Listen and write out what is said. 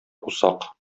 усак